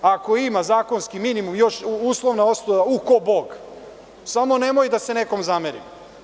Ako ima zakonski minimum, još uslovna osnova, ko bog, samo nemoj da se nekom zamerim.